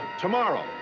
Tomorrow